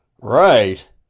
Right